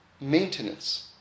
maintenance